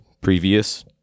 previous